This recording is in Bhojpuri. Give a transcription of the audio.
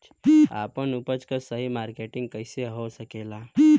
आपन उपज क सही मार्केटिंग कइसे हो सकेला?